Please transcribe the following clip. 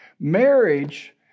Marriage